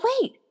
wait